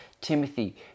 Timothy